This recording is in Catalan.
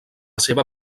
seva